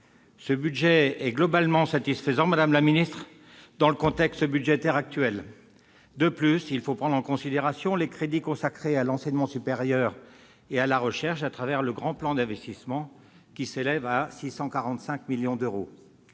Ce budget est globalement satisfaisant, madame la ministre, dans le contexte budgétaire actuel. De plus, il faut prendre en considération les crédits consacrés à l'enseignement supérieur et à la recherche dans le Grand plan d'investissement, qui s'élèvent à 645 millions d'euros.